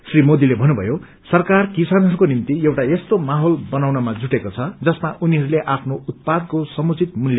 श्री मोदीले भन्नुभयो सरकार किसानहरूको निम्ति एउटा यस्तो माहौल बनाउनमा जुटेको छ जसमा उनीहरूले आफ्नो उत्पादको समुचित मूल्य प्राप्त गर्न सकून्